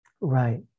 right